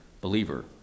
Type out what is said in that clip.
believer